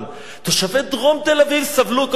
תושבי דרום תל-אביב סבלו כל השנים.